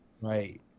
right